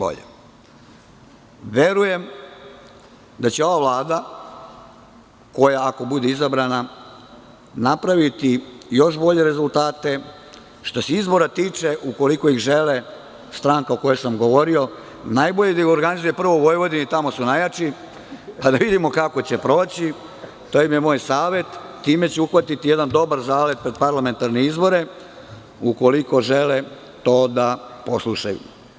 Verujem da će ova vlada, koja ako bude izabrana, napraviti još bolje rezultate što se izbora tiče, ukoliko ih žele stranke koje sam govorio, najbolje da ih organizuje prvo u Vojvodini, tamo su najjači, pa da vidimo kako će proći, to im je moj savet, time će uhvatiti jedan dobar zalet na parlamentarne izbore, ukoliko žele to da poslušaju.